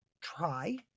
try